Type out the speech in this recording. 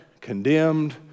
condemned